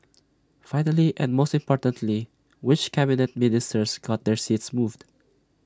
finally and most importantly which Cabinet Ministers got their seats moved